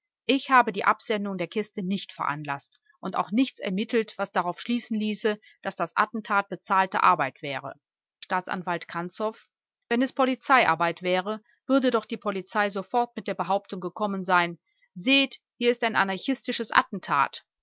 ich habe die absendung der kiste nicht veranlaßt und auch nichts ermittelt was darauf schließen ließe daß das attentat bezahlte arbeit wäre staatsanwalt kanzow wenn es polizeiarbeit wäre würde doch die polizei sofort mit der behauptung gekommen sein seht hier ist ein anarchistisches attentat